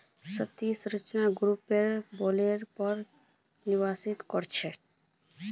सतही सिंचाई गुरुत्वाकर्षण बलेर पर निर्भर करछेक